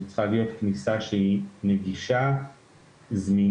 זו צריכה להיות כניסה שהיא נגישה, זמינה,